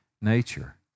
nature